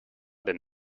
than